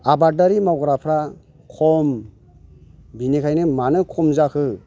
आबादारि मावग्राफ्रा खम बेनिखायनो मानो खम जाखो